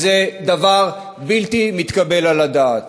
וזה דבר בלתי מתקבל על הדעת.